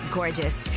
gorgeous